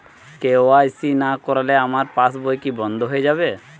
KYC না করলে আমার পাশ বই কি বন্ধ হয়ে যাবে?